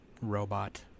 robot